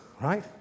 Right